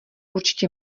určitě